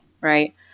Right